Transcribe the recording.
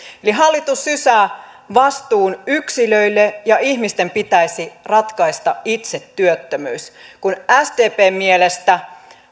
eli hallitus sysää vastuun yksilöille ja ihmisten pitäisi itse ratkaista työttömyys kun sdpn mielestä